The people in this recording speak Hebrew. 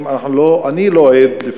אני לא רואה בשטח,